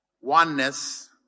oneness